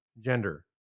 gender